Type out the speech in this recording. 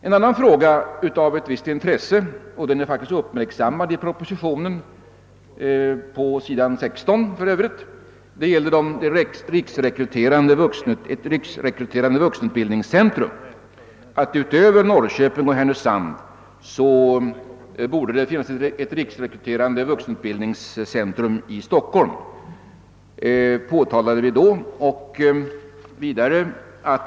En annan fråga av ett visst intresse — den är för övrigt uppmärksammad i propositionen på sidan 16 — gäller ett riksrekryterande vuxenutbildningscentrum. Vi framhöll då att det borde finnas ett sådant centrum i Stockholm utöver dem 'som finns i Norrköping och Härnösand.